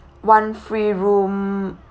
one free room